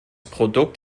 produkt